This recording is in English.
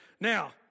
Now